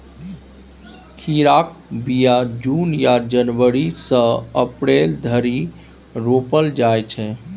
खीराक बीया जुन या जनबरी सँ अप्रैल धरि रोपल जाइ छै